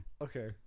Okay